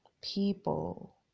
people